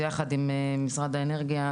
יחד עם משרד האנרגיה,